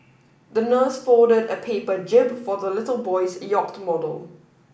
the nurse folded a paper jib for the little boy's yacht model